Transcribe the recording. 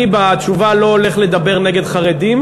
אני בתשובה לא הולך לדבר נגד חרדים.